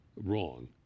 wrong